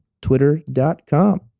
twitter.com